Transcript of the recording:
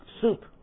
Soup